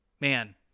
Man